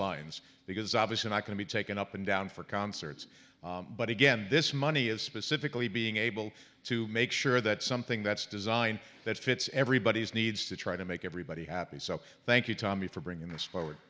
lines because obvious and i can be taken up and down for concerts but again this money is specifically being able to make sure that something that's designed that fits everybody's needs to try to make everybody happy so thank you tommy for bringing this forward